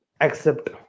Accept